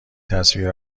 تصویر